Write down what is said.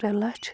ترٛےٚ لَچھ